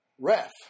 ref